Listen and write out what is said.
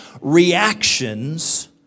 reactions